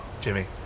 Jimmy